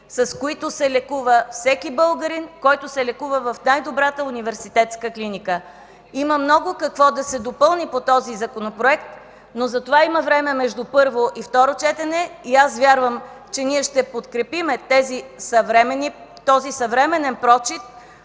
с които се лекува всеки българин, който се лекува в най-добрата университетска клиника. Има много какво да се допълни по предложения Законопроект, но за това има време между първо и второ четене. Вярвам, че ние ще подкрепим този съвременен прочит